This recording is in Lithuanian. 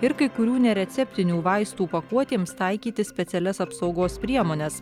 ir kai kurių nereceptinių vaistų pakuotėms taikyti specialias apsaugos priemones